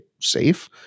safe